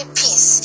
peace